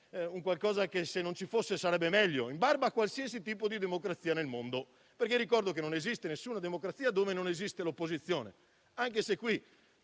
un qualcosa che, se non ci fosse, sarebbe meglio, in barba a qualsiasi tipo di democrazia nel mondo. Ricordo che non esiste nessuna democrazia dove non esiste opposizione, anche se qui